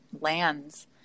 lands